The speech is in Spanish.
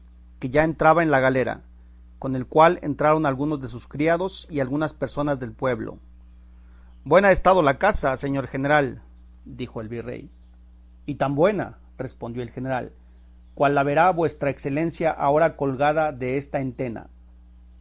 que ya entraba en la galera con el cual entraron algunos de sus criados y algunas personas del pueblo buena ha estado la caza señor general dijo el virrey y tan buena respondió el general cual la verá vuestra excelencia agora colgada de esta entena